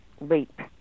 leap